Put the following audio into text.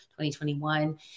2021